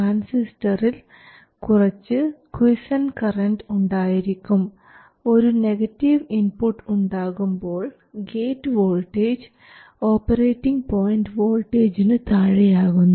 ട്രാൻസിസ്റ്ററിൽ കുറച്ച് quiescent current ഉണ്ടായിരിക്കും ഒരു നെഗറ്റീവ് ഇൻപുട്ട് ഉണ്ടാകുമ്പോൾ ഗേറ്റ് വോൾട്ടേജ് ഓപ്പറേറ്റിംഗ് പോയിൻറ് വോൾട്ടേജിന് താഴെ ആകുന്നു